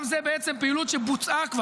גם זו בעצם פעילות שכבר בוצעה,